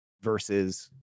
versus